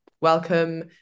welcome